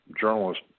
journalist